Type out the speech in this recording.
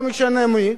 לא משנה מי,